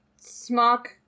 Smock